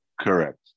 Correct